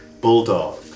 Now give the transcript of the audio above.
Bulldog